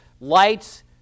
lights